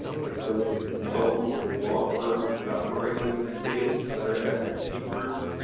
but like some of the consultants and law firms that operate in this space, other advocacy groups.